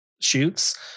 shoots